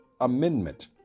Amendment